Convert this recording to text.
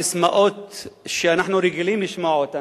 ססמאות שאנחנו רגילים לשמוע אותן,